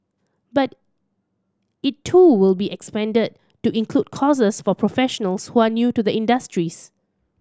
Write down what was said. but it too will be expanded to include courses for professionals who are new to the industries